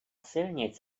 silnic